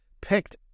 picked